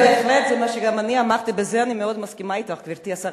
בזה אני מאוד מסכימה אתך, גברתי השרה.